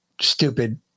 stupid